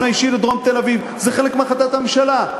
האישי לדרום תל-אביב היא חלק מהחלטת הממשלה.